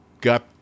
Got